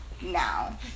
now